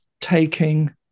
taking